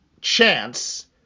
chance